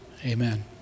Amen